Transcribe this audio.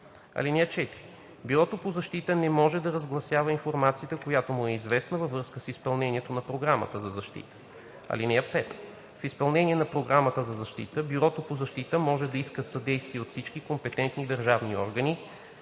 данни. (4) Бюрото по защита не може да разгласява информацията, която му е известна във връзка с изпълнението на Програмата за защита. (5) При изпълнение на Програмата за защита Бюрото по защита може да иска съдействие от всички компетентни държавни органи,